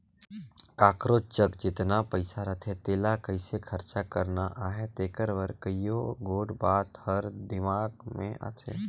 काकरोच जग जेतना पइसा रहथे तेला कइसे खरचा करना अहे तेकर बर कइयो गोट बात हर दिमाक में आथे